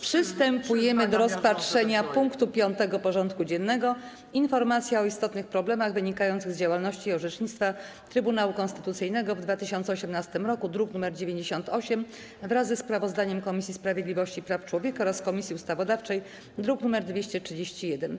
Przystępujemy do rozpatrzenia punktu 5. porządku dziennego: Informacja o istotnych problemach wynikających z działalności i orzecznictwa Trybunału Konstytucyjnego w 2018 roku (druk nr 98) wraz ze sprawozdaniem Komisji Sprawiedliwości i Praw Człowieka oraz Komisji Ustawodawczej (druk nr 231)